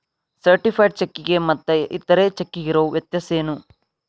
Certified ಚೆಕ್ಕಿಗೆ ಮತ್ತ್ ಇತರೆ ಚೆಕ್ಕಿಗಿರೊ ವ್ಯತ್ಯಸೇನು?